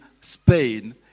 Spain